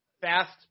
fast